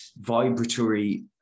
vibratory